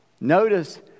Notice